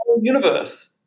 universe